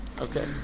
Okay